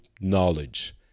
knowledge